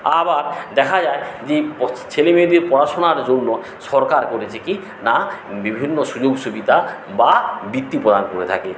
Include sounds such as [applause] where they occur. আবার দেখা যায় যে [unintelligible] ছেলে মেয়েদের পড়াশোনার জন্য সরকার করেছে কী না বিভিন্ন সুযোগ সুবিধা বা বৃত্তি প্রদান করে থাকে